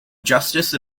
justice